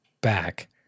back